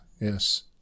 Yes